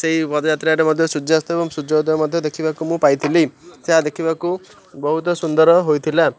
ସେହି ପଦଯାତ୍ରାରେ ମଧ୍ୟ ସୂର୍ଯ୍ୟାସ୍ତ ଏବଂ ସୂର୍ଯ୍ୟୋଦୟ ମଧ୍ୟ ଦେଖିବାକୁ ମୁଁ ପାଇଥିଲି ସେ ଦେଖିବାକୁ ବହୁତ ସୁନ୍ଦର ହୋଇଥିଲା